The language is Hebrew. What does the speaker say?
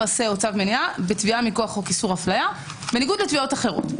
עשה או צו מניעה בתביעה מכוח חוק איסור אפליה בניגוד לתביעות אחרות.